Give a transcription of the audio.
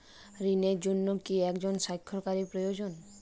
ঋণের জন্য কি একজন স্বাক্ষরকারী প্রয়োজন?